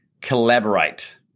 collaborate